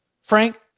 Frank